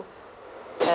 save